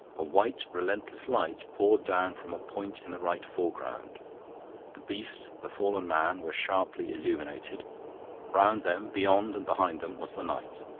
a white, relentless light poured down from a point in the right foreground the beast, the fallen man, were sharply illuminated round them, beyond and behind them, was the night.